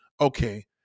Okay